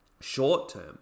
short-term